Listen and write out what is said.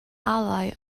ally